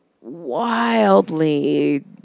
wildly